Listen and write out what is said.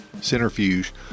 centrifuge